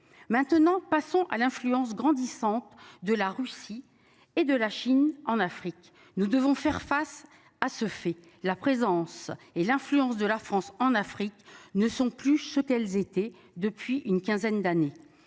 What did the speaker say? Maintenant passons à l'influence grandissante de la Russie et de la Chine en Afrique, nous devons faire face à ce fait la présence et l'influence de la France en Afrique ne sont plus ce qu'elles étaient depuis une quinzaine d'années,